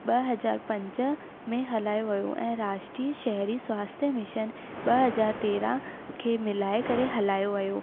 ॿ हज़ार पंज में हलायो वियो ऐं राष्ट्रीय शहरी स्वास्थ्य मिशन ॿ हज़ार तेरहं खे मिलाए करे हलायो वियो